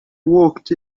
worked